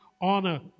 honor